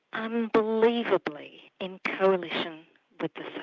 unbelievably, in coalition with the